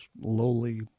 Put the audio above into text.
lowly